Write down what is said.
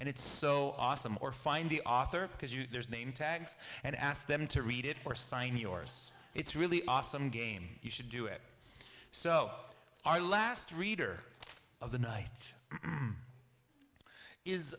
and it's so awesome or find the author because you there's a name tags and ask them to read it or sign yours it's really awesome game you should do it so our last reader of the night is